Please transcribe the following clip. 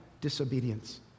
disobedience